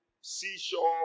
seashore